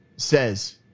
says